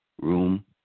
room